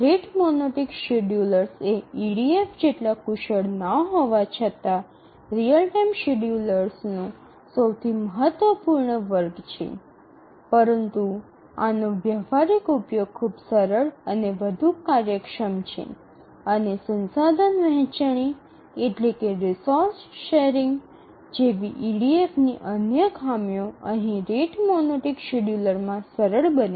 rate monotonic schedulers એ EDF જેટલા કુશળ ના હોવા છતાં રીઅલ ટાઇમ શેડ્યુલરનો સૌથી મહત્વપૂર્ણ વર્ગ છે પરંતુ આનો વ્યવહારિક ઉપયોગ ખૂબ સરળ અને વધુ કાર્યક્ષમ છે અને સંસાધન વહેંચણી જેવી ઇડીએફની અન્ય ખામીઓ અહીં રેટ મોનોટોનિક શેડ્યુલરમાં સરળ બને છે